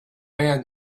man